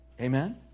Amen